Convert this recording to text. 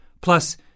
Plus